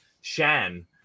Shan